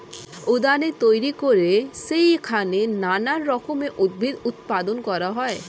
উদ্যানে তৈরি করে সেইখানে নানান রকমের উদ্ভিদ উৎপাদন করা হয়